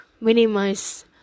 minimize